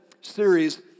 series